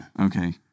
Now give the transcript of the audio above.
Okay